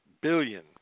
billion